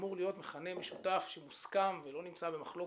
שאמור להיות מכנה משותף שמוסכם ולא נמצא במחלוקת,